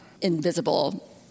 invisible